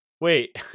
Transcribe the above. Wait